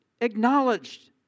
acknowledged